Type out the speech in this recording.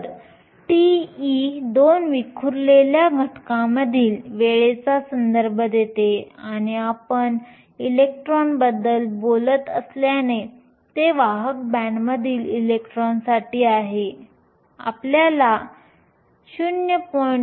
तर τe दोन विखुरलेल्या घटनांमधील वेळेचा संदर्भ देते आणि आपण इलेक्ट्रॉन बद्दल बोलत असल्याने हे वाहक बँडमधील इलेक्ट्रॉनसाठी आहे आपल्याला 0